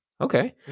Okay